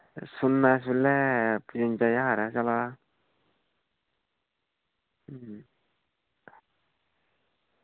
सुन्ना इसलै पचुंजा ज्हार ऐ चला दा